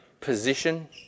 position